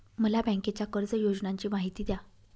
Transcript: मला बँकेच्या कर्ज योजनांची माहिती द्या